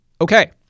okay